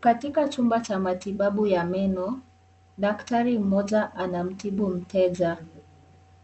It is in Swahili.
Katika chumba cha matibabu ya meno daktari mmoja anamtibu mteja,